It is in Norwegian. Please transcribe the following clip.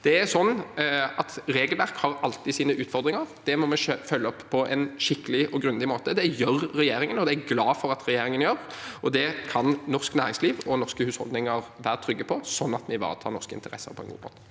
Regelverk har alltid sine utfordringer. Det må vi følge opp på en skikkelig og grundig måte. Det gjør regjering en, og det er jeg glad for at regjeringen gjør. Det kan norsk næringsliv og norske husholdninger være trygge på, sånn at vi ivaretar norske interesser på en god måte.